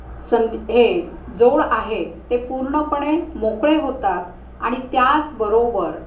संदी हे जोड आहेत ते पूर्णपणे मोकळे होतात आणि त्याचबरोबर